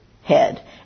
head